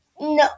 no